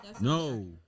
No